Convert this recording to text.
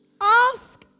ask